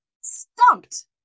stumped